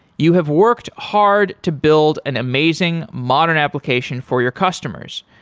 you have worked hard to build an amazing modern application for your customers.